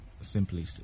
simply